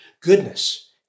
Goodness